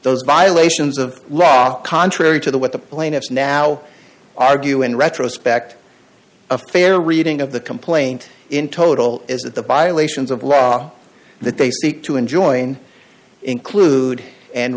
those violations of law contrary to the what the plaintiffs now argue in retrospect a fair reading of the complaint in total is that the violations of law that they seek to enjoin include and